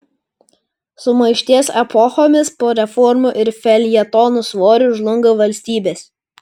sumaišties epochomis po reformų ir feljetonų svoriu žlunga valstybės